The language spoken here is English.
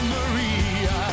Maria